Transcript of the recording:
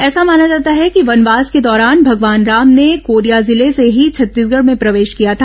ऐसा माना जाता है कि वनवास के दौरान भगवान राम ने कोरिया जिले से ही छत्तीसगढ़ में प्रवेश किया था